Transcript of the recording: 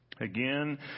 again